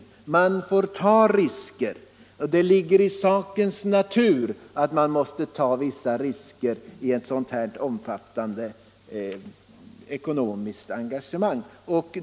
Men man får ta risker — det ligger i sakens natur att man måste ta vissa risker i ett omfattande ekonomiskt engagemang.